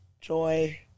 joy